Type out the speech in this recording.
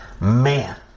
Man